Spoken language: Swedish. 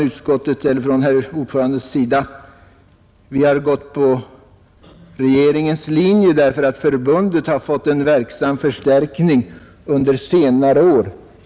Utskottets ordförande sade till sist: Vi har gått på regeringens linje, därför att förbundet har fått en verksam förstärkning under senare år.